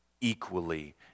Equally